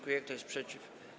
Kto jest przeciw?